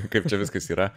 kaip čia viskas yra